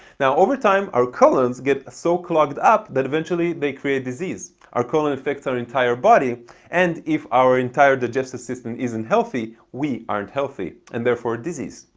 now over time our colons get so clogged up that eventually they create disease. our colon affects our entire body and if our entire digestive system isn't healthy, we aren't healthy, and therefore disease.